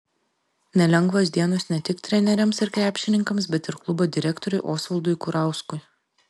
nelengvos dienos ne tik treneriams ir krepšininkams bet ir klubo direktoriui osvaldui kurauskui